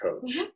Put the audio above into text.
coach